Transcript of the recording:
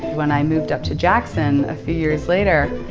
when i moved up to jackson, a few years later,